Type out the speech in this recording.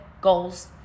goals